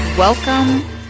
Welcome